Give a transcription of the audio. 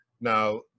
Now